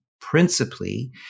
principally